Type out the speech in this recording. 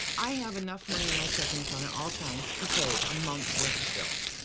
i have enough money in my checking account at all times to pay a month's worth of bills.